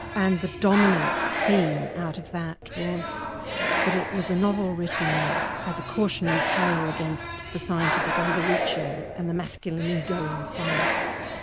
and the dominant theme out of that was that it was a novel written as a cautionary tale against the scientific over-reacher, and the masculine ego in science.